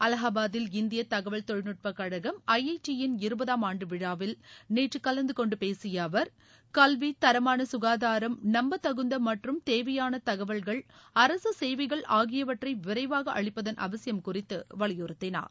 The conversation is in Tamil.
அலஹாபாதில் இந்திய தகவல் தொழில்நுட்பக் கழகம் ஐஐடியின் இருபதாம் ஆண்டு விழாவில் நேற்று கலந்து கொண்டு பேசிய அவர் கல்வி தரமான சுகாதாரம் நம்பத்தகுந்த மற்றும் தேவையான தகவல்கள் அரசு சேவைகள் ஆகியவற்றை விரைவாக அளிப்பதன் அவசியம் குறித்து வலியுறுத்தினார்